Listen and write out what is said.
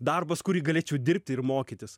darbas kurį galėčiau dirbti ir mokytis